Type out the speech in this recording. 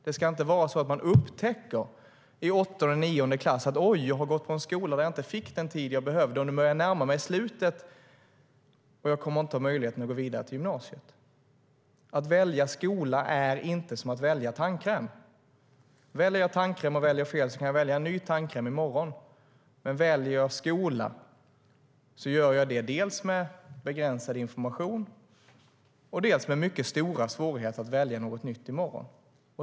Det ska inte vara så att man upptäcker i åttonde eller nionde klass att oj, jag har gått på en skola där jag inte fick den tid jag behövde, och nu börjar jag närma mig slutet och kommer inte att ha möjlighet att gå vidare till gymnasiet. Att välja skola är inte som att välja tandkräm. Väljer jag fel tandkräm kan jag välja en ny tandkräm i morgon, men när jag väljer skola gör jag det dels med begränsad information, dels med mycket stora svårigheter att välja något nytt i morgon.